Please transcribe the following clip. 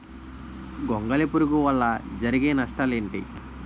గొంగళి పురుగు వల్ల జరిగే నష్టాలేంటి?